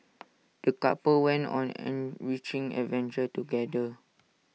the couple went on an enriching adventure together